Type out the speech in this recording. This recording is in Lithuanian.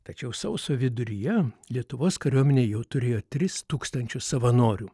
tačiau sausio viduryje lietuvos kariuomenė jau turėjo tris tūkstančius savanorių